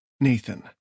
Nathan